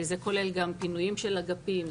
זה כולל גם פינויים של אגפים,